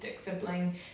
sibling